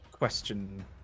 Question